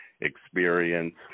experience